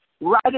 right